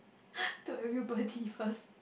to everybody first